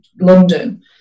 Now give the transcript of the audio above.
London